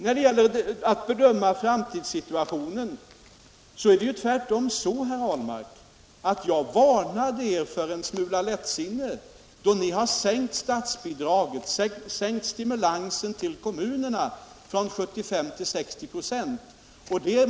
När det gällde att bedöma framtidssituationen varnade jag er för lättsinne då ni sänkte statsbidraget, stimulansen till kommunerna, från 75 till 60 96.